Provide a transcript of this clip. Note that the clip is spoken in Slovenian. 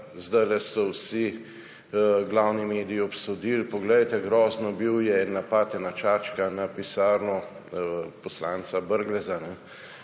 zdajle so vsi glavni mediji obsodili, poglejte, grozno, bil je napad, ena čačka, na pisarno poslanca Brgleza.